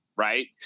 Right